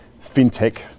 fintech